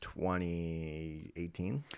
2018